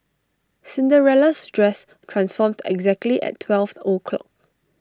Cinderella's dress transformed exactly at twelve o'clock